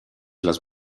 les